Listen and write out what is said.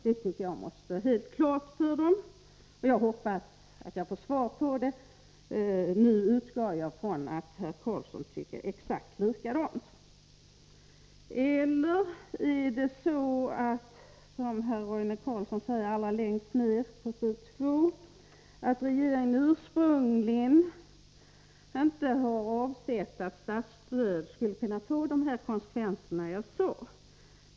Detta måste stå helt klart för dem. Jag hoppas att jag får besked om detta. Jag utgår från att herr Carlsson tycker exakt likadant som jag. Eller är det så, som herr Carlsson säger i slutet av svaret, att regeringen ursprungligen inte har avsett att statsstöd skulle kunna få de konsekvenser som jag har talat om?